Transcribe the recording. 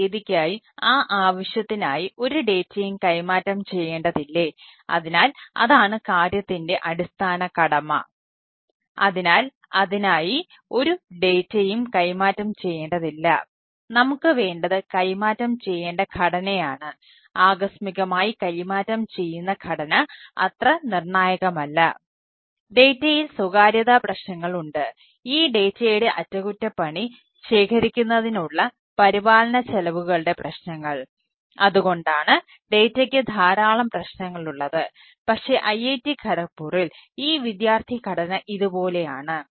ആ തീയതിക്കായി ആ ആവശ്യത്തിനായി ഒരു ഡാറ്റയും ഇതുപോലെയാണ്